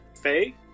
Faye